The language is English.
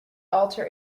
alter